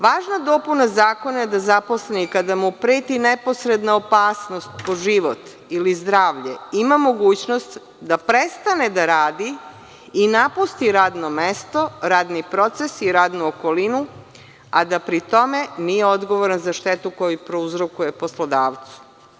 Važna dopuna zakona je da zaposleni kada mu preti neposredna opasnost po život ili zdravlje ima mogućnost da prestane da radi i napusti radno mesto, radni proces i radnu okolinu, a da pri tom nije odgovoran za štetu koju prouzrokuje poslodavcu.